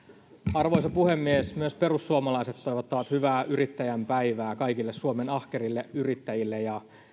arvoisa puhemies myös perussuomalaiset toivottavat hyvää yrittäjän päivää kaikille suomen ahkerille yrittäjille ja